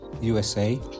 USA